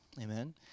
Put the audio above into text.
Amen